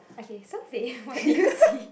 okay so Faith what did you see